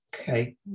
Okay